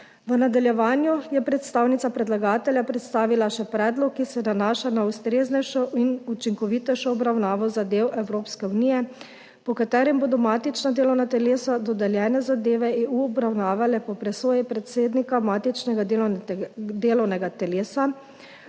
V nadaljevanju je predstavnica predlagatelja predstavila še predlog, ki se nanaša na ustreznejšo in učinkovitejšo obravnavo zadev Evropske unije, po katerem bodo matična delovna telesa dodeljene zadeve EU obravnavala po presoji predsednika matičnega delovnega telesa